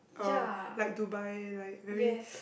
uh like Dubai like very